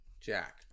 Jack